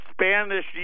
Spanish